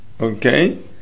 Okay